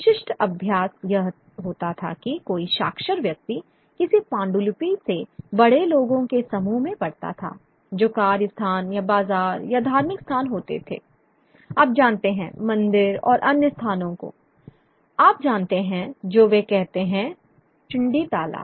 विशिष्ट अभ्यास यह होता था कि कोई साक्षर व्यक्ति किसी पांडुलिपि से बड़े लोगों के समूह में पढ़ता था जो कार्य स्थान या बाजार या धार्मिक स्थान होते थे आप जानते हैं मंदिर और अन्य स्थानों को आप जानते हैं जो वे कहते हैं चुंडिताला